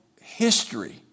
history